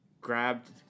grabbed